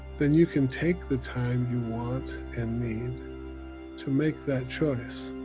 then you can take the time you want and need to make that choice,